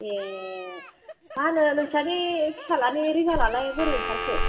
ए मा होनो नोंसानि फिसाज्लानि रिजाल्टआलाय बोरै ओंखारखो